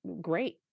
great